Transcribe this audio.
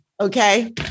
Okay